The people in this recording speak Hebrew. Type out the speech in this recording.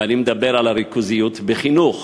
ואני מדבר על הריכוזיות בחינוך,